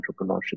entrepreneurship